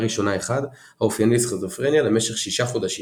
ראשונה אחד האופייני לסכיזופרניה למשך 6 חודשים.